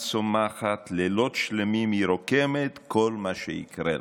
היא צומחת / לילות שלמים היא רוקמת / כל מה שיקרה לה."